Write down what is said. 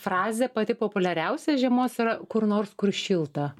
frazė pati populiariausia žiemos yra kur nors kur šilta